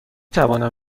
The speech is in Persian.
توانم